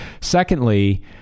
Secondly